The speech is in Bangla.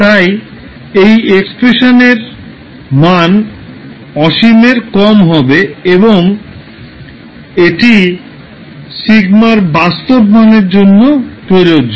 তাই এই এক্সপ্রেশানের মান অসীমের কম হবে এবং এটি সিগমার বাস্তব মানের জন্য প্রযোজ্য